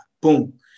Boom